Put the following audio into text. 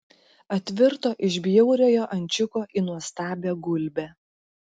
atvirto iš bjauriojo ančiuko į nuostabią gulbę